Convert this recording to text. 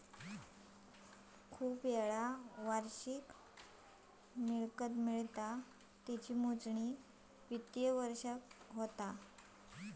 बहुतांशी वेळा वार्षिक मिळकतीची मोजणी वित्तिय वर्षाक होता